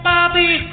Bobby